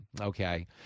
okay